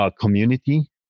community